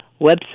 website